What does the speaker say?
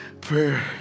prayer